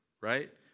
right